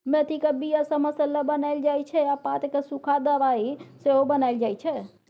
मेथीक बीया सँ मसल्ला बनाएल जाइ छै आ पात केँ सुखा दबाइ सेहो बनाएल जाइ छै